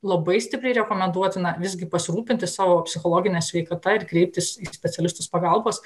labai stipriai rekomenduotina visgi pasirūpinti savo psichologine sveikata ir kreiptis į specialistus pagalbos